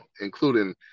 including